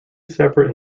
separate